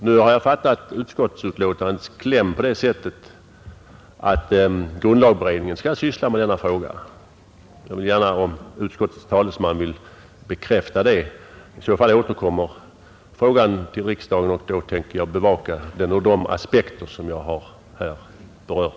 Nu har jag fattat utskottets kläm på det sättet att grundlagberedningen skall syssla med denna fråga, och jag skulle gärna vilja att utskottets talesman bekräftar det. I så fall återkommer frågan till riksdagen, och då tänker jag bevaka den ur de aspekter som jag här har berört.